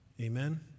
Amen